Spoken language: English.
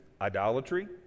Idolatry